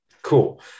Cool